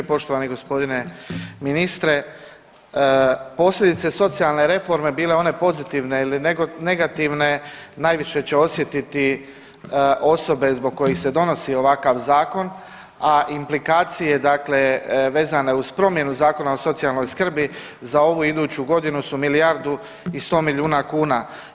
Poštovani gospodine ministre, posljedice socijalne reforme bile one pozitivne ili negativne najviše će osjetiti osobe zbog kojih se donosi ovakav zakon, a implikacije dakle vezane uz promjenu Zakona o socijalnoj skrbi za ovu i iduću godinu su milijardu i sto milijuna kuna.